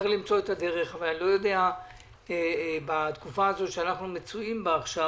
צריך למצוא את הדרך אבל אני לא יודע בתקופה הזו בה אנחנו מצויים עכשיו,